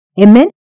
amen